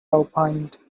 opined